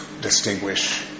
distinguish